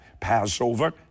passover